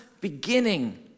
beginning